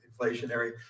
inflationary